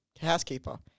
housekeeper